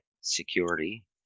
security